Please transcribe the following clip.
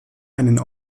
einen